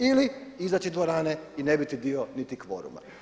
Ili izaći iz dvorane i ne biti dio niti kvoruma.